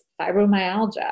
fibromyalgia